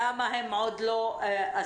למה הם עוד לא עשו.